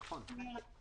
נכון.